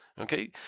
okay